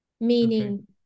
meaning